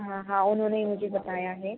हाँ हाँ उन्होंने ही मुझे बताया है